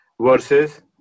versus